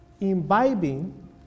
imbibing